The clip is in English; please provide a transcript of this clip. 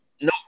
no